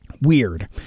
weird